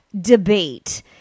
debate